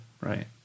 Right